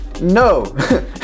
no